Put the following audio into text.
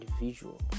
individual